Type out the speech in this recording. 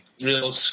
real